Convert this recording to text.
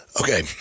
Okay